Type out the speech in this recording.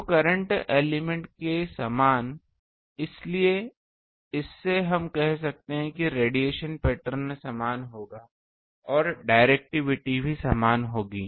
तो current element के समान इसलिए इस से हम कह सकते हैं कि रेडिएशन पैटर्न समान होगा और डिरेक्टिविटी भी समान होगी